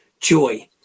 joy